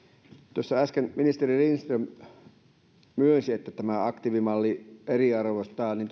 tuossa äsken ministeri lindström myönsi että tämä aktiivimalli eriarvoistaa